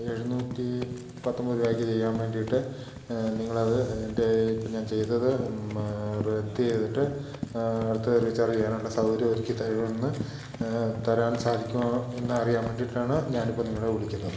എഴുന്നൂറ്റി പത്തൊമ്പത് രൂപയ്ക്ക് ചെയ്യാൻ വേണ്ടിയിട്ട് നിങ്ങളത് എൻ്റെ ഇപ്പം ഞാൻ ചെയ്തത് റദ്ദ് ചെയ്തിട്ട് അടുത്തത് റീച്ചാറ് ചെയ്യാനുള്ള സൗകര്യം ഒരുക്കി തരുമെന്ന് തരാൻ സാധിക്കുമോ എന്ന് അറിയാൻ വേണ്ടിയിട്ടാണ് ഞാനിപ്പം നിങ്ങളെ വിളിക്കുന്നത്